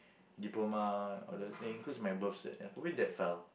diploma all those includes my birth cert probably that file